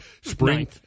spring